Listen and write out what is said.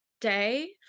day